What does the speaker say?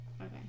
Okay